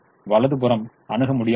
வலது புறம் அணுக முடியாதது